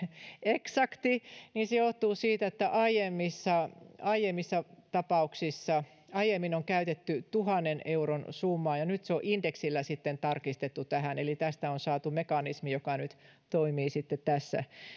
eksakti se johtuu siitä että aiemmissa aiemmissa tapauksissa on käytetty tuhannen euron summaa ja nyt se on indeksillä sitten tarkistettu tähän tästä on saatu mekanismi joka nyt toimii sitten